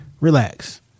relax